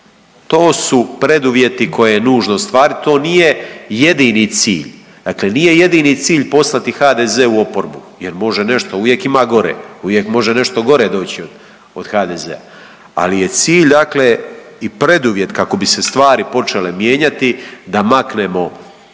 To su preduvjeti koje je nužno ostvariti to nije jedni cilj. Dakle, nije jedini cilj poslati HDZ u oporbu jer može nešto, uvijek ima gore, uvijek može nešto gore doći od HDZ-a, ali je cilj dakle i preduvjet kako bi se stvari počele mijenjati da maknemo